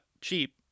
cheap